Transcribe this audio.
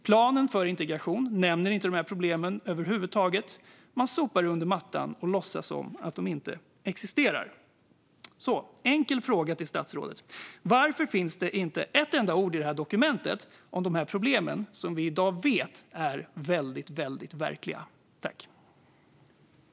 Planen för integration nämner inte de här problemen över huvud taget. Man sopar dem under mattan och låtsas som om de inte existerar. En enkel fråga till statsrådet: Varför finns det inte ett enda ord i det här dokumentet om de här problemen, som vi i dag vet är väldigt verkliga?